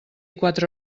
quatre